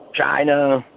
China